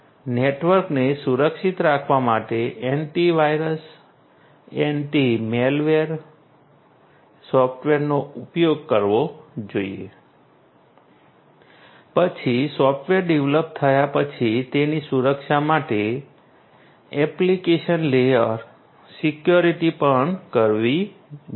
નેટવર્કને સુરક્ષિત રાખવા માટે એન્ટિવાયરસ એન્ટી મેલવેર સોફ્ટવેરનો ઉપયોગ કરવો જોઈએ પછી સોફ્ટવેર ડેવલપ થયા પછી તેની સુરક્ષા માટે એપ્લીકેશન લેયર સિક્યોરિટી પણ કરવી જોઈએ